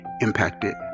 impacted